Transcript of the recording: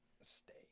stay